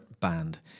band